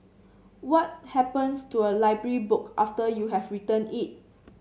what happens to a library book after you have returned it